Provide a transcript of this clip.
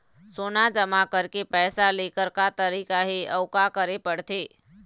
सोना जमा करके पैसा लेकर का तरीका हे अउ का करे पड़थे?